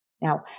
Now